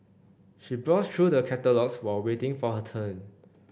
she browsed through the catalogues while waiting for her turn